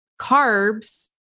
carbs